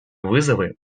вызовы